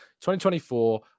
2024